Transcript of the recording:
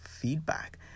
feedback